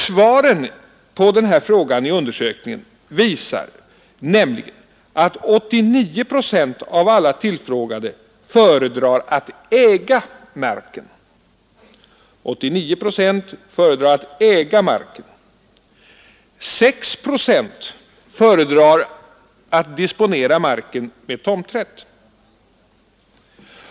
Svaren på den här frågan i undersökningen visade nämligen att 89 procent av alla de tillfrågade föredrar att äga marken, 6 procent föredrar att disponera den med tomträtt.